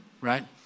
right